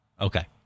Okay